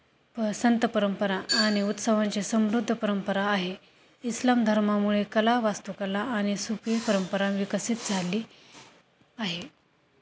प संत परंपरा आणि उत्सवांचे समृद्ध परंपरा आहे इस्लाम धर्मामुळे कला वास्तुकला आणि स सुफी परंपरा विकसित झाली आहे